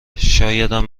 شایدم